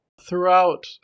Throughout